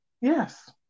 yes